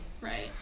right